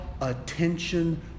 attention